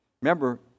Remember